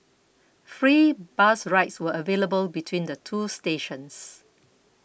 free bus rides were available between the two stations